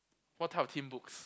what type of teen books